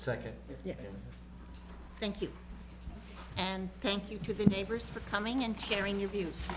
second thank you and thank you to the neighbors for coming and sharing your views